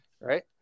right